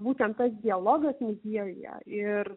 būtent tas dialogas muziejuje ir